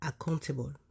accountable